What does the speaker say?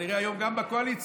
וכנראה היום גם בקואליציה,